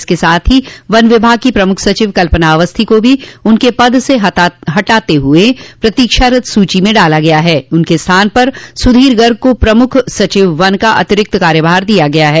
इसके साथ ही वन विभाग की प्रमुख सचिव कल्पना अवस्थी को भी उनके पद से हटाते हुए प्रतीक्षारत सूची में डाल दिया गया है उनके स्थान पर सुधीर गर्ग को प्रमुख सचिव वन का अतिरिक्त कार्यभार दिया गया है